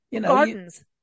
Gardens